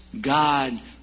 God